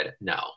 no